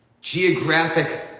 geographic